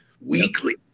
weekly